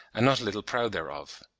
and not a little proud thereof.